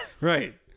Right